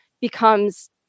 becomes